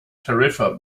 tarifa